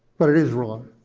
but it is wrong.